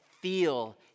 feel